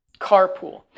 carpool